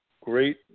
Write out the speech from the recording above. great